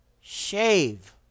shave